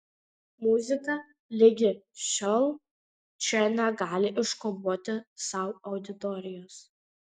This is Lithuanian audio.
muzika ligi šiol čia negali iškovoti sau auditorijos